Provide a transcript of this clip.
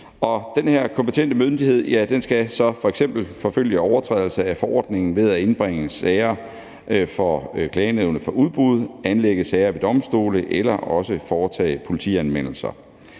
her kompetente myndighed skal så f.eks. forfølge overtrædelser af forordningen ved at indbringe sager for Klagenævnet for Udbud, anlægge sager ved domstole eller foretage politianmeldelser.